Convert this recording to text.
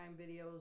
videos